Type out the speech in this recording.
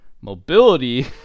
mobility